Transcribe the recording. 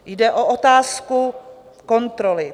Jde o otázku kontroly.